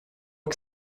que